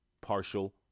partial